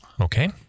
Okay